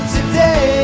Today